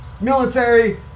military